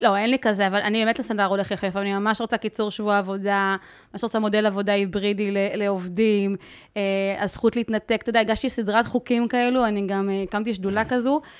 לא, אין לי כזה, אבל אני באמת הסנדלר הולך יחף, אני ממש רוצה קיצור שבוע עבודה, ממש רוצה מודל עבודה היברידי לעובדים, הזכות להתנתק, אתה יודע, הגשתי סדרת חוקים כאלו, אני גם הקמתי שדולה כזו.